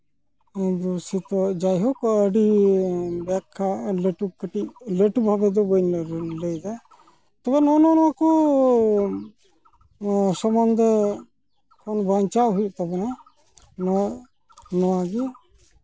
ᱫᱩᱥᱤᱛᱚ ᱡᱟᱭᱦᱳᱠ ᱟᱹᱰᱤ ᱵᱮᱠᱠᱷᱟ ᱞᱟᱹᱴᱩ ᱠᱟᱹᱴᱤᱡ ᱞᱟᱹᱴᱩ ᱵᱷᱟᱵᱮ ᱫᱚ ᱵᱟᱹᱧ ᱞᱟᱹᱭᱫᱟ ᱛᱚᱵᱮ ᱱᱚᱜᱼᱚᱸᱭ ᱱᱚᱣᱟ ᱠᱚ ᱥᱚᱢᱟᱱ ᱫᱚ ᱮᱠᱷᱚᱱ ᱵᱟᱧᱪᱟᱣ ᱦᱩᱭᱩᱜ ᱛᱟᱵᱚᱱᱟ ᱱᱚᱣᱟ ᱱᱚᱣᱟ ᱜᱮ